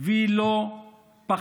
והיא לא פחדנית.